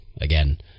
again